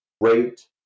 great